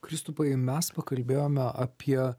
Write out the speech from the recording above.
kristupai mes pakalbėjome apie